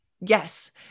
Yes